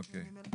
אוקיי.